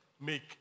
make